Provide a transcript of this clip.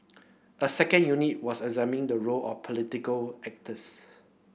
a second unit was examining the role of political actors